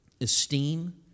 esteem